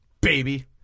Baby